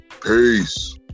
Peace